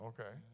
Okay